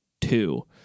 two